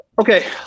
Okay